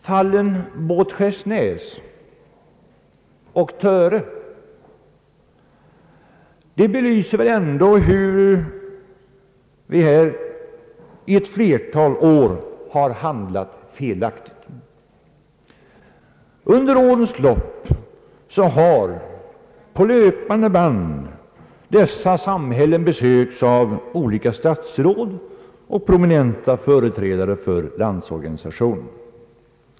Fallen Båtskärsnäs och Töre belyser väl ändå hur vi ett flertal år handlat felaktigt. Under årens lopp har på löpande band dessa samhällen besökts av olika statsråd och prominenta företrädare för Landsorganisationen.